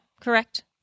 Correct